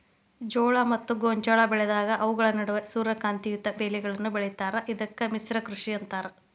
ಜೋಳ ಮತ್ತ ಗೋಂಜಾಳ ಬೆಳೆದಾಗ ಅವುಗಳ ನಡುವ ಸೂರ್ಯಕಾಂತಿಯಂತ ಬೇಲಿಗಳನ್ನು ಬೆಳೇತಾರ ಇದಕ್ಕ ಮಿಶ್ರ ಕೃಷಿ ಅಂತಾರ